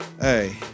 hey